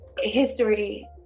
history